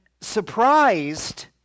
surprised